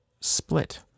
split